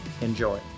Enjoy